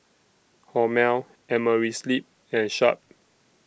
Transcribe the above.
Hormel Amerisleep and Sharp